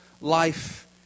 life